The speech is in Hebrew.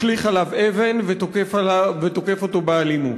משליך עליו אבן ותוקף אותו באלימות.